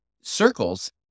circles